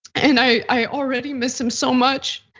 and i i already miss him so much.